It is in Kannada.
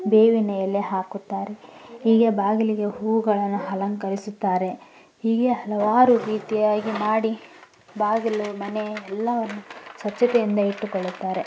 ಬೇವಿನ ಎಲೆ ಹಾಕುತ್ತಾರೆ ಹೀಗೆ ಬಾಗಿಲಿಗೆ ಹೂಗಳನ್ನು ಅಲಂಕರಿಸುತ್ತಾರೆ ಹೀಗೆ ಹಲವಾರು ರೀತಿಯಾಗಿ ಮಾಡಿ ಬಾಗಿಲು ಮನೆ ಎಲ್ಲವನ್ನೂ ಸ್ವಚ್ಛತೆಯಿಂದ ಇಟ್ಟುಕೊಳ್ಳುತ್ತಾರೆ